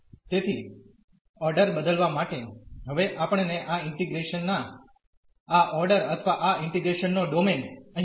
તેથી ઓર્ડર બદલવા માટે હવે આપણને આ ઇન્ટીગ્રેશન ના આ ઓર્ડર અથવા આ ઇન્ટીગ્રેશન નો ડોમેન અહીં દોરો